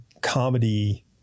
comedy